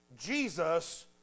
Jesus